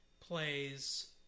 plays